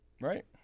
Right